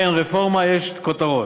אין רפורמה, יש כותרות.